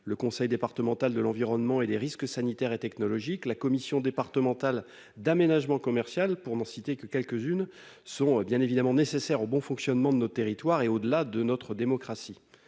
le conseil départemental de l'environnement et des risques sanitaires et technologiques, la commission départementale d'aménagement commercial pour n'en citer que quelques-unes sont bien évidemment nécessaires au bon fonctionnement de nos territoires et au-delà de notre démocratie,